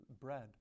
bread